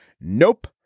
Nope